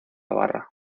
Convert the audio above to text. barra